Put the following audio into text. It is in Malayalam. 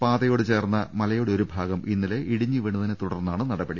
പാതയോട് ചേർന്ന മലയുടെ ഒരു ഭാഗം ഇന്നലെ ഇടിഞ്ഞ് വീണതിനെ തുടർന്നാണ് നടപടി